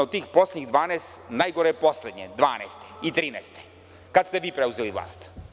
Od tih poslednjih 12, najgora je poslednja 2012. i 2013. kada ste vi preuzeli vlast.